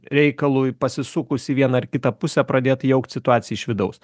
reikalui pasisukus į vieną ar kitą pusę pradėt jaukt situaciją iš vidaus